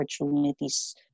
opportunities